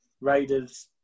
Raiders